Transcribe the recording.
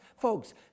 Folks